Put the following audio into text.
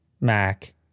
Mac